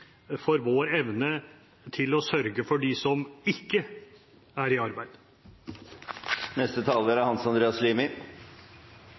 for vår evne til å sørge for dem som ikke er i arbeid. I dag er